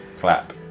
Clap